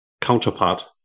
counterpart